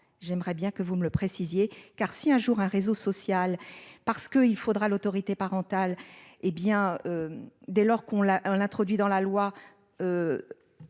j'aimerais bien que vous me précisiez car si un jour un réseau social parce qu'il faudra l'autorité parentale. Hé bien. Dès lors qu'on l'a on l'introduit dans la loi.